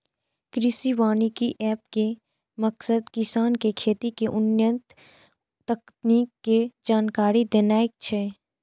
कृषि वानिकी एप के मकसद किसान कें खेती के उन्नत तकनीक के जानकारी देनाय छै